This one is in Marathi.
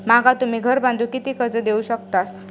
माका तुम्ही घर बांधूक किती कर्ज देवू शकतास?